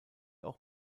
auch